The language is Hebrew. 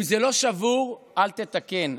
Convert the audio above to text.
אם זה לא שבור אל תתקן.